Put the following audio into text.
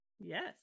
Yes